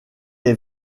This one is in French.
est